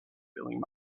feeling